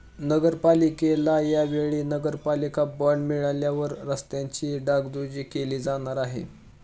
नगरपालिकेला या वेळी नगरपालिका बॉंड मिळाल्यावर रस्त्यांची डागडुजी केली जाणार आहे